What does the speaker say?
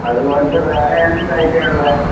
അതുപോലെത്തെ വേറെ എന്ത് ഐറ്റമാണ് ഉള്ളത്